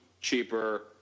cheaper